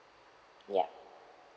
yup